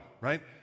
right